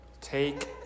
take